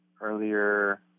earlier